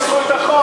אולי בזכות החוק,